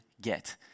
get